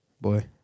Boy